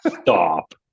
Stop